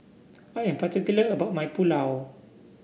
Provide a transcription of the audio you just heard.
I am particular about my Pulao